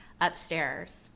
Upstairs